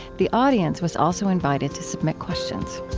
the audience was also invited to submit questions